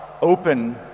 open